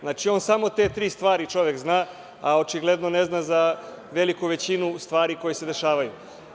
Znači, on samo te tri stvari čovek zna, a očigledno ne zna za veliku većinu stvari koje se dešavaju.